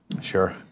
Sure